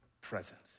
presence